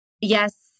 yes